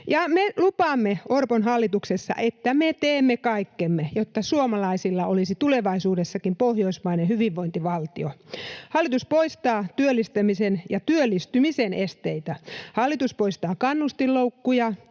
Me lupaamme Orpon hallituksessa, että me teemme kaikkemme, jotta suomalaisilla olisi tulevaisuudessakin pohjoismainen hyvinvointivaltio. Hallitus poistaa työllistämisen ja työllistymisen esteitä. Hallitus poistaa kannustinloukkuja